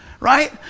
Right